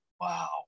wow